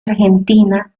argentina